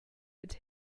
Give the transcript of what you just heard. mit